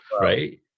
right